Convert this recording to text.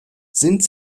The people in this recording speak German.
sind